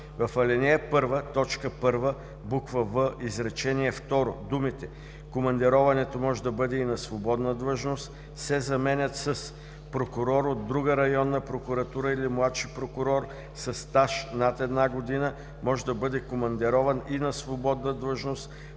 думите „командироването може да бъде и на свободна длъжност“ се заменят с „прокурор от друга районна прокуратура или младши прокурор със стаж над една година може да бъде командирован и на свободна длъжност